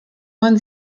man